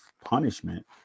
punishment